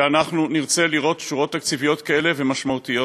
שנרצה לראות שורות תקציביות כאלה, ומשמעותיות.